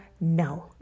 no